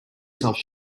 self